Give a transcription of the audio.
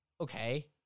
okay